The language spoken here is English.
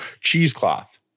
Cheesecloth